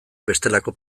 bestelako